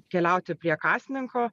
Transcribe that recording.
keliauti prie kasininko